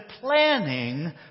planning